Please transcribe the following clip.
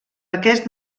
aquest